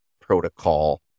protocol